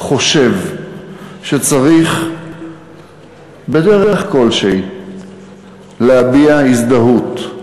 שחושב שצריך בדרך כלשהי להביע הזדהות,